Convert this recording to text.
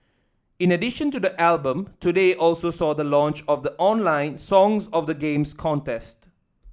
in addition to the album today also saw the launch of the online Songs of the Games contest